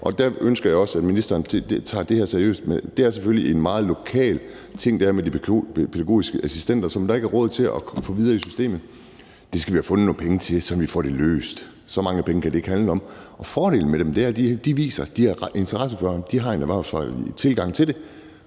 Der ønsker jeg også, at ministeren tager det her seriøst. Det er selvfølgelig en meget lokal ting med de pædagogiske assistenter, som der ikke er råd til at få videre i systemet. Det skal vi have fundet nogle penge til, så vi får det løst. Så mange penge kan det ikke handle om. Fordelen ved dem er, at de viser, at de har interesse for børn. De har en erhvervsfaglig tilgang til det,